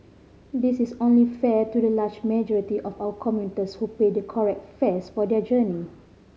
this is only fair to the large majority of our commuters who pay the correct fares for their journey